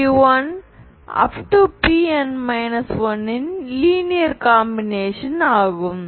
Pn 1 இன் linear combination ஆகும்